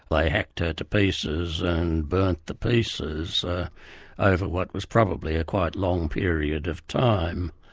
like hacked her to pieces and burnt the pieces over what was probably a quite long period of time.